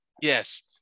Yes